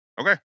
Okay